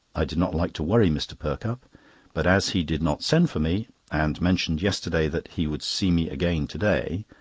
i did not like to worry mr. perkupp but as he did not send for me, and mentioned yesterday that he would see me again to day,